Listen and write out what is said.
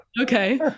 Okay